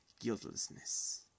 guiltlessness